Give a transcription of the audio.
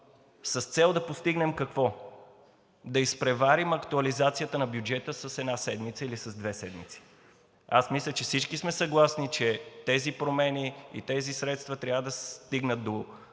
с цел да постигнем какво? Да изпреварим актуализацията на бюджета с една седмица или с две седмици. Аз мисля, че всички сме съгласни, че тези промени и тези средства трябва да стигнат до